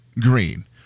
green